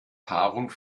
paarung